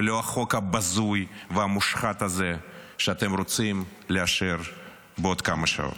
ולא החוק הבזוי והמושחת הזה שאתם רוצים לאשר בעוד כמה שעות.